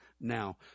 now